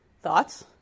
Thoughts